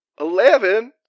Eleven